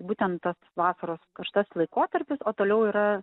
būtent tas vasaros karštas laikotarpis o toliau yra